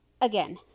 again